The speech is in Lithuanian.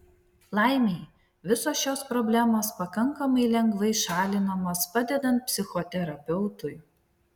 laimei visos šios problemos pakankamai lengvai šalinamos padedant psichoterapeutui